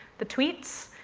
the tweets?